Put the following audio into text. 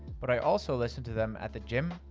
but i also listen to them at the gym,